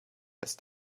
ist